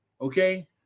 Okay